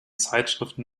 zeitschriften